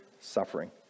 suffering